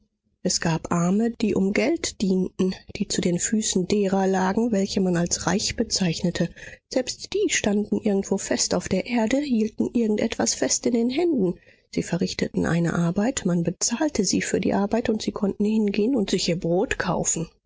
es gab arme die um geld dienten die zu den füßen derer lagen welche man als reich bezeichnete selbst die standen irgendwo fest auf der erde hielten irgend etwas fest in den händen sie verrichteten eine arbeit man bezahlte sie für die arbeit und sie konnten hingehen und sich ihr brot kaufen